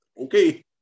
Okay